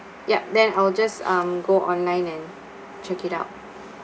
yup then I will just um go online and check it out